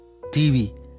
TV